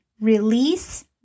release